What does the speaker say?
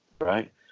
right